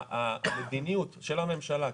המדיניות של הממשלה,